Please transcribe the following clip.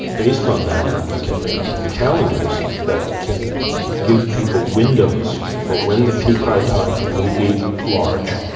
based on that we can make calendars that can give people windows for when the peak high tides will be large,